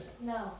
No